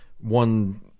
one